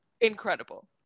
Incredible